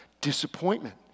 Disappointment